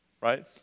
right